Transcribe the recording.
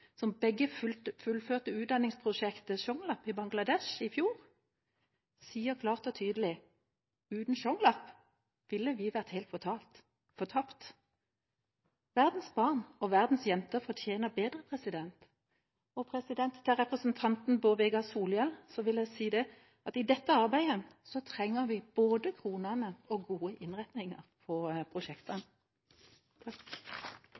som begge fullførte utdanningsprosjektet Shonglap i Bangladesh i fjor, sier klart og tydelig: «Uten Shonglap ville vi ha vært helt fortapt.» Verdens barn og verdens jenter fortjener bedre. Til representanten Bård Vegar Solhjell vil jeg si at i dette arbeidet trenger vi både kronene og gode innretninger på prosjektene.